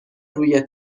روی